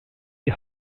die